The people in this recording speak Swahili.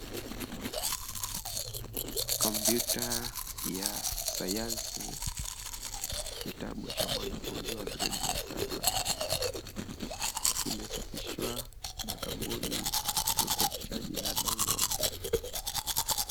Kompyuta ya sayansi, kitabu cha mwanafunzi wa gredi ya saba kimechapishwa na kampuni ya uchapishaji ya Longhorn.